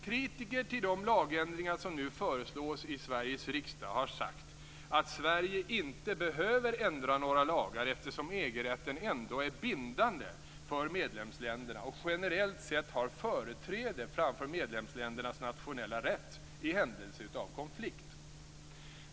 Kritiker till de lagändringar som nu föreslås i Sveriges riksdag har sagt att Sverige inte behöver ändra några lagar eftersom EG-rätten ändå är bindande för medlemsländerna och generellt sett har företräde framför medlemsländernas nationella rätt i händelse av konflikt.